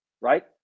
right